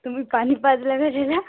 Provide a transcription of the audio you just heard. तुम्ही पाणी पाजलं ना त्याला